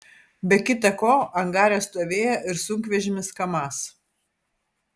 be kita ko angare stovėjo ir sunkvežimis kamaz